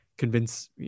convince